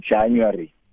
January